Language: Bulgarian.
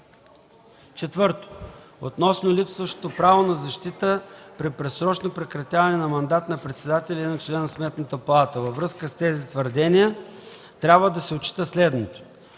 4. Относно липсващото право на защита при предсрочно прекратяване на мандат на председателя или на член на Сметната палата. Във връзка с тези твърдения трябва да отчита следното: